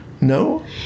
No